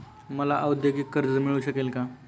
मला औद्योगिक कर्ज मिळू शकेल का?